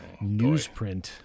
newsprint